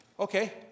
Okay